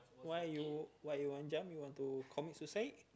why you why you want jump you want to commit suicide